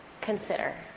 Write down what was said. consider